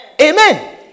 Amen